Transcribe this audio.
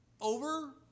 over